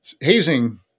hazing